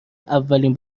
اولین